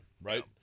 right